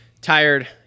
tired